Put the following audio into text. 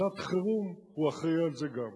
בשעת חירום הוא אחראי לזה גם.